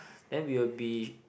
then we will be